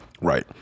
Right